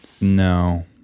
No